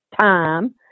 time